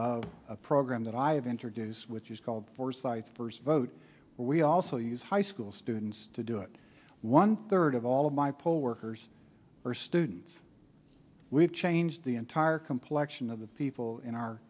of a program that i have introduced which is called foresight first vote but we also use high school students to do it one third of all of my poll workers are students we've changed the entire complection of the people in our